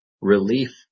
relief